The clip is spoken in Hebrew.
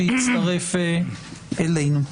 שהצטרף אלינו.